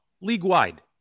league-wide